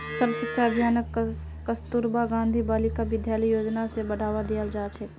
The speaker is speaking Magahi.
सर्व शिक्षा अभियानक कस्तूरबा गांधी बालिका विद्यालय योजना स बढ़वा दियाल जा छेक